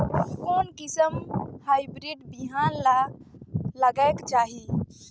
कोन किसम हाईब्रिड बिहान ला लगायेक चाही?